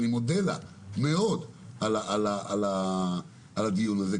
שאני מודה לה מאוד על הדיון הזה,